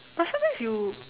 but sometimes you